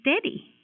steady